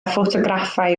ffotograffau